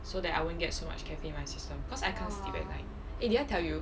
so that I won't get so much caffeine in my system cause I can't sleep at night eh did I tell you